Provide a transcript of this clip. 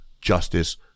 justice